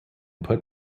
put